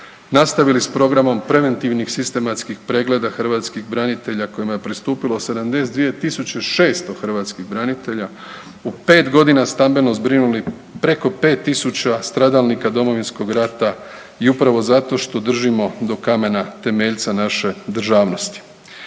nastavili s programom preventivnih sistematskih pregleda hrvatskih branitelja kojima je pristupilo 72.600 hrvatskih branitelja u 5.g. stambeno zbrinuli preko 5.000 stradalnika Domovinskog rata i upravo zato što držimo do kamena temeljca naše državnosti.